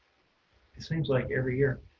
it seems like every year.